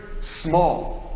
small